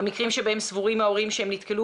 במקרים שבהם סבורים ההורים שהם נתקלו